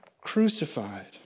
crucified